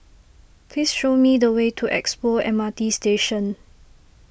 please show me the way to Expo M R T Station